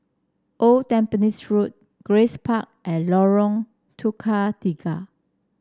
Old Tampines Road Grace Park and Lorong Tukang Tiga